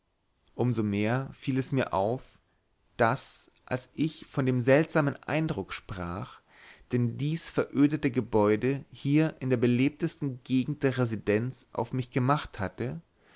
so mehr fiel es mir auf daß als ich von dem seltsamen eindruck sprach den dies verödete gebäude hier in der belebtesten gegend der residenz auf mich gemacht hatte